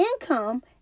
income